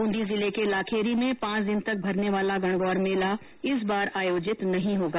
बुंदी जिले के लाखेरी में पांच दिन तक भरने वाला गणगौर मेला इस बार आयोजित नहीं होगा